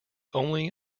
only